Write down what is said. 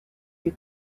you